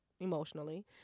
emotionally